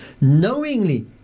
Knowingly